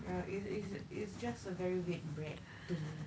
uh it is it's just a very wheat bread to me